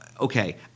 okay